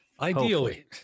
Ideally